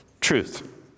Truth